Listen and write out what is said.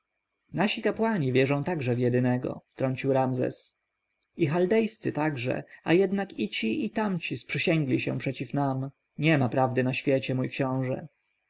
nasi kapłani wierzą także w jedynego wtrącił ramzes i chaldejscy także a jednak i ci i tamci sprzysięgli się przeciw nam niema prawdy na świecie mój książę